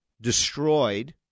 destroyed